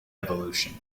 evolution